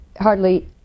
hardly